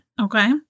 Okay